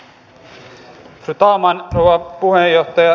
fru talman rouva puhemies